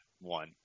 one